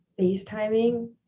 facetiming